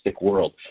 world